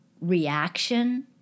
reaction